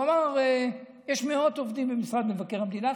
הוא אמר: יש מאות עובדים במשרד מבקר המדינה,